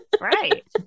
right